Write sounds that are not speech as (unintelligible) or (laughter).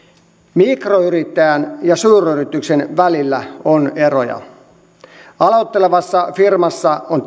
mikroyrittäjän ja suuryrityksen välillä on eroja aloittelevassa firmassa on (unintelligible)